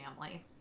family